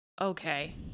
Okay